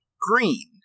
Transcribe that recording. green